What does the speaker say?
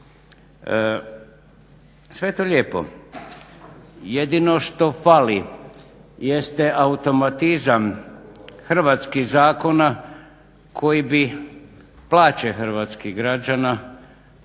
Sve je to lijepo, jedino što fali jeste automatizam hrvatskih zakona koji bi plaće hrvatskih građana